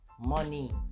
Money